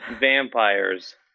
vampires